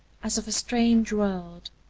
as of a strange world.